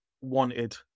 wanted